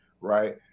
right